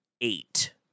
eight